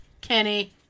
Kenny